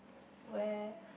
where